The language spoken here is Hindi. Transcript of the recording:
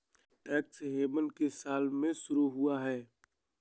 टैक्स हेवन किस साल में शुरू हुआ है?